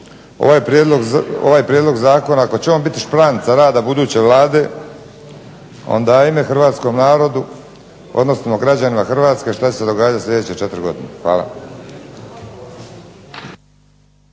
ovaj prijedlog zakona ako će on biti špranca rada buduće Vlade onda ajme hrvatskom narodu, odnosno građanima Hrvatske što će se događati sljedeće 4 godine. Hvala.